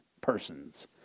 persons